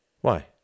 Why